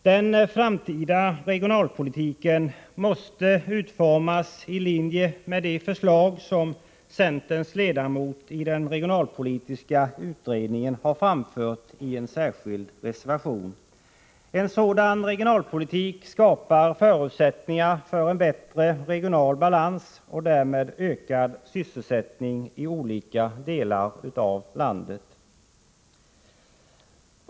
Den framtida regionalpolitiken måste utformas i linje med de förslag som centerns ledamot i den regionalpolitiska utredningen har framfört i en särskild reservation. En sådan regionalpolitik skapar förutsättningar för en bättre regional balans och därmed ökad sysselsättning i olika delar av landet.